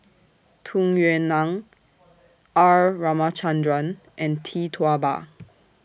Tung Yue Nang R Ramachandran and Tee Tua Ba